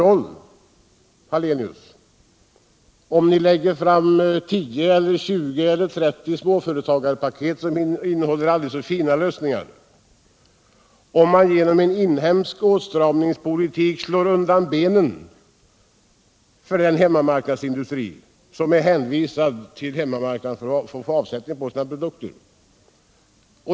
Det spelar ju ingen roll om ni lägger fram 10 eller 20 eller 30 småföretagarpaket som innehåller hur fina lösningar som helst, om ni samtidigt genom en inhemsk åtstramningspolitik slår undan benen på den hemmamarknadsindustri som är hänvisad till hemmamarknaden för att få avsättning för sina produkter.